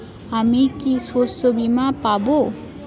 আমি কি শষ্যবীমা পাব?